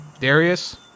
Darius